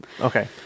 Okay